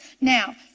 Now